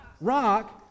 rock